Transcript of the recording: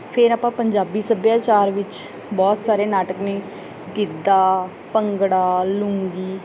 ਫਿਰ ਆਪਾਂ ਪੰਜਾਬੀ ਸੱਭਿਆਚਾਰ ਵਿੱਚ ਬਹੁਤ ਸਾਰੇ ਨਾਟਕ ਨੇ ਗਿੱਧਾ ਭੰਗੜਾ ਲੂੰਗੀ